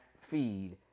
feed